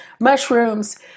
mushrooms